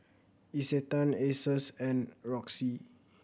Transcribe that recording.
Isetan Asus and Roxy